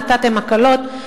נתתם הקלות,